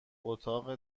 اتاق